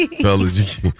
fellas